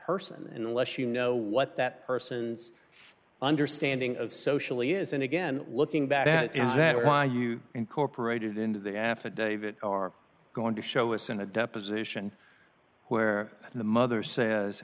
person unless you know what that person's understanding of socially is and again looking back at it is that why you incorporated into the affidavit are going to show us in a deposition where the mother says